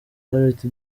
gareth